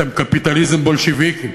אתם קפיטליזם בולשביקי,